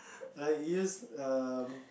like yes um